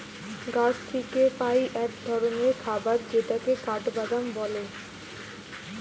গাছ থিকে পাই এক ধরণের খাবার যেটাকে কাঠবাদাম বলে